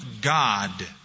God